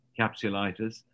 capsulitis